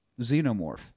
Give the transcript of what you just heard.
xenomorph